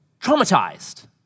Traumatized